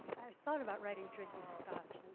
thought about writing drinking scotch, and